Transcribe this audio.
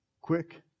quick